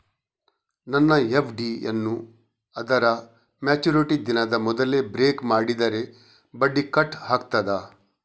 ನನ್ನ ಎಫ್.ಡಿ ಯನ್ನೂ ಅದರ ಮೆಚುರಿಟಿ ದಿನದ ಮೊದಲೇ ಬ್ರೇಕ್ ಮಾಡಿದರೆ ಬಡ್ಡಿ ಕಟ್ ಆಗ್ತದಾ?